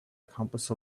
accomplice